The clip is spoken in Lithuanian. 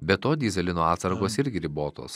be to dyzelino atsargos irgi ribotos